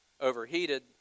overheated